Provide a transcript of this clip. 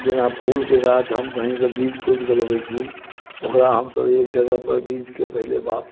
जेना फूल के गाछ हम कही से बीज खोजि कऽ लबै छी ओकरा हमसब एक जगह पर बीज के पहिले